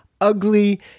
ugly